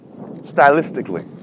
stylistically